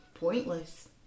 Pointless